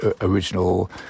original